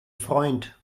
freund